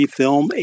film